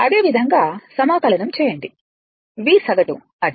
అదే విధంగా సమాకలనంఇంటిగ్రేట్ చేయండి